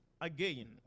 again